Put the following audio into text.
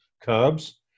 Cubs